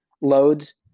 loads